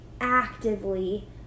actively